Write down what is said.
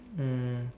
mm